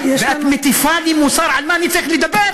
ואת מטיפה לי מוסר על מה אני צריך לדבר?